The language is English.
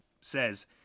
says